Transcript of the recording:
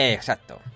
Exacto